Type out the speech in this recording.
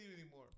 anymore